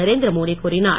நரேந்திரமோடி கூறினார்